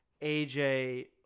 AJ